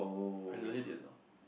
I really did not